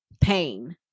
pain